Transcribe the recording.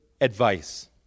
advice